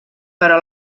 però